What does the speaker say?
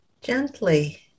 gently